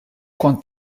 kont